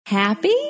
Happy